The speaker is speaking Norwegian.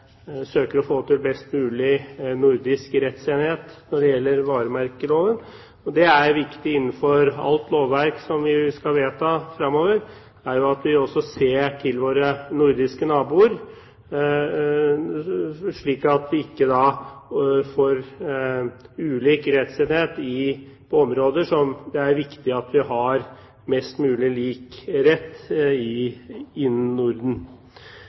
søker å få til best mulig nordisk rettsenhet når det gjelder varemerkeloven. Det er viktig innenfor alt lovverk som vi skal vedta fremover, at vi også ser til våre nordiske naboer, slik at vi ikke får ulik rettsenhet på områder der det er viktig at vi har mest mulig lik rett innen Norden.